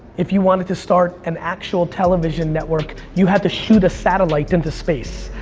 if you wanted to start an actual television network you had to shoot a satellite into space.